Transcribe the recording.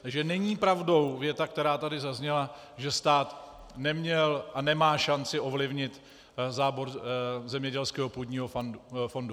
Takže není pravdou věta, která tady zazněla, že stát nemá a neměl šanci ovlivnit zábor zemědělského půdního fondu.